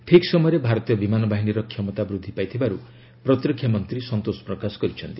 ଠିକ୍ ସମୟରେ ଭାରତୀୟ ବିମାନ ବାହିନୀର କ୍ଷମତା ବୃଦ୍ଧି ପାଇଥିବାରୁ ପ୍ରତିରକ୍ଷା ମନ୍ତ୍ରୀ ସନ୍ତୋଷ ପ୍ରକାଶ କରିଛନ୍ତି